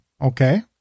Okay